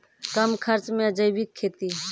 कम खर्च मे जैविक खेती?